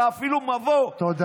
אתה, אפילו למבוא, תודה.